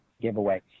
giveaway